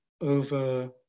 over